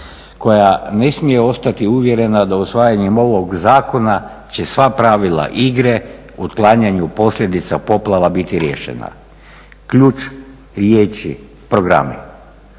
koja ne smije ostati uvjerena da usvajanjem ovog zakona će sva pravila igre o otklanjaju posljedica poplava biti riješena. Ključ riječi programi,